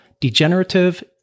degenerative